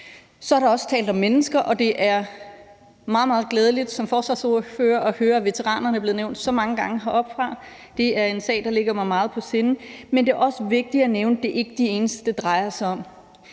Så er der også talt om mennesker, og det er meget, meget glædeligt som forsvarsordfører at høre, at veteranerne er blevet nævnt så mange gange heroppefra. Det er en sag, der ligger mig meget på sinde. Men det er også vigtigt at nævne, at det ikke er de eneste, det drejer sig om.